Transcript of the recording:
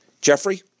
Jeffrey